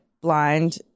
blind